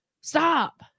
Stop